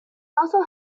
also